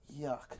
yuck